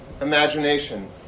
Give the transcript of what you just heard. imagination